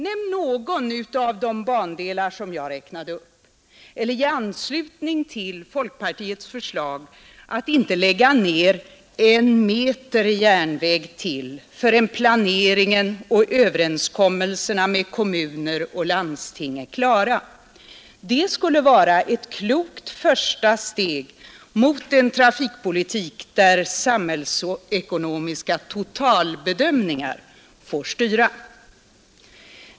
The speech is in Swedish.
Nämn någon av de bandelar som jag räknade upp eller ge eranslutning till folkpartiets förslag att inte lägga ned en meter järnväg till förrän planeringen och överenskommelserna med kommuner och landsting är klara. Det skulle vara ett klokt första steg mot en trafikpolitik där samhällsekonomiska totalbedömningar får styra.